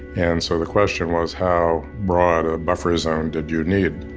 and so the question was how broad a buffer zone did you need?